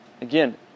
again